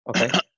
Okay